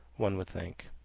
one would think.